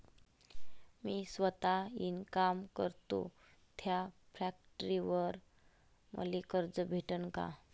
मी सौता इनकाम करतो थ्या फॅक्टरीवर मले कर्ज भेटन का?